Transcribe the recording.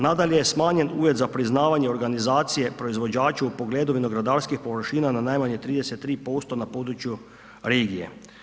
Nadalje, smanjen uvjet za priznavanje organizacije proizvođaču u pogledu vinogradarskih površina na najmanje 33% na području regije.